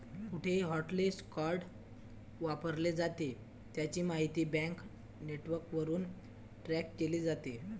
कुठेही hotlist card वापरले जाते, त्याची माहिती बँक नेटवर्कवरून ट्रॅक केली जाते